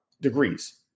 degrees –